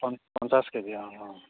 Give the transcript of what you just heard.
পঞ্চ পঞ্চাছ কেজি অঁ